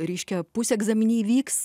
reiškia pusegzaminiai vyks